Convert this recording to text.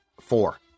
four